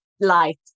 light